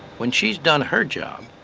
when she has done her job,